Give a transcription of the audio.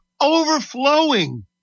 overflowing